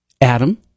Adam